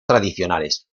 tradicionales